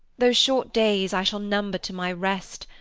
those short dayes i shall number to my rest,